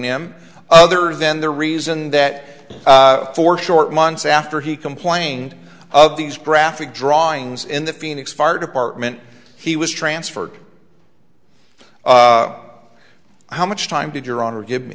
him other than the reason that four short months after he complained of these graphic drawings in the phoenix fire department he was transferred how much time did your honor give